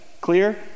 clear